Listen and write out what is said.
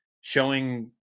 showing